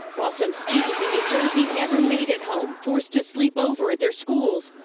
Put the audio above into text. while some students in new jersey never made it home, forced to sleep over at their schools,